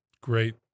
Great